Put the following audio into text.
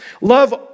Love